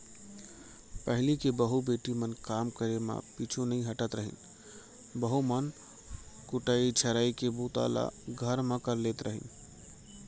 पहिली के बहू बेटी मन काम करे म पीछू नइ हटत रहिन, बहू मन कुटई छरई के बूता ल घर म कर लेत रहिन